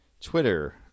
Twitter